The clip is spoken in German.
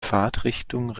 fahrtrichtung